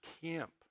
camp